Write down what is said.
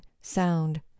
sound